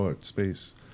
space